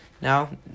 Now